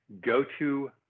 go-to